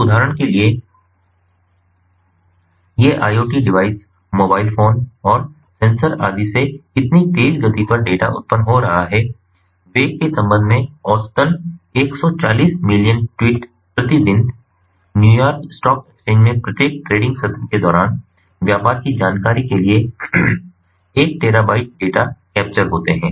तो उदाहरण के लिए ये IoT डिवाइस मोबाइल फोन और सेंसर आदि से इतनी तेज़ गति पर डेटा उत्पन्न हो रहा है वेग के संबंध में औसतन एक सौ चालीस मिलियन ट्वीट प्रति दिन न्यूयॉर्क स्टॉक एक्सचेंज में प्रत्येक ट्रेडिंग सत्र के दौरान व्यापार की जानकारी के लिए 1 टेरा बाइट डेटा कैप्चर होते हैं